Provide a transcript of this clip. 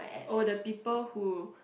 oh the people who